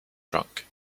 drunk